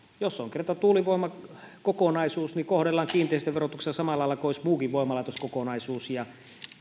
jos on kerta tuulivoimakokonaisuus niin kohdellaan kiinteistöverotuksella samalla lailla kuin muukin voimalaitoskokonaisuus ja